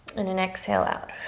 and an exhale out.